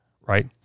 right